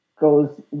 goes